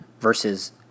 versus